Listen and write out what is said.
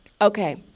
Okay